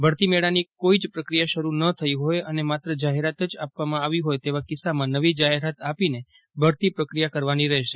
ભરતી મેળાની કોઈ જ પ્રક્રિયા શરૂ ન થઈ હોય અને માત્ર જાહેરાત જ આપવામાં આવી હોય તેવા કિસ્સામાં નવી જાહેરાત આપીને ભરતી પ્રક્રિયા કરવાની રહેશે